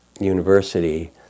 University